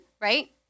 right